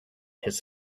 his